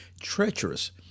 treacherous